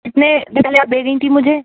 اس میں آپ دے رہی تھیں مجھے